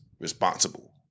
responsible